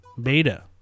beta